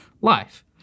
life